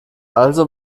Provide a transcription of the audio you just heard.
also